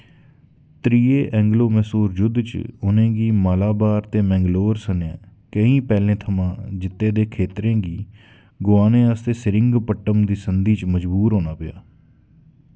त्रिए ऐंग्लो मैसूर जुद्ध च उ'नें गी मालाबार ते मैंगलोर सनें केईं पैह्लें थमां जित्ते दे खेतरें गी गोआने आस्तै सेरिंगपट्टम दी संधि च मजबूर होना पेआ